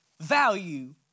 value